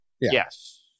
Yes